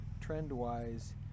trend-wise